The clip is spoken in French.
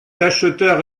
acheteurs